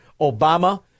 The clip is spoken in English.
obama